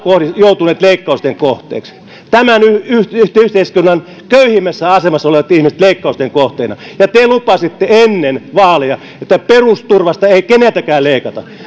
joutuneet leikkausten kohteeksi tämän yhteiskunnan köyhimmässä asemassa olevat ihmiset ovat leikkausten kohteena ja te lupasitte ennen vaaleja että perusturvasta ei keneltäkään leikata